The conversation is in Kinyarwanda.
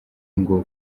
ngo